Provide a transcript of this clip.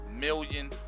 million